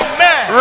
Amen